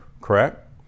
correct